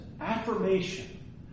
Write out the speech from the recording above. affirmation